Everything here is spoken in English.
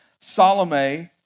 Salome